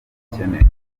umukene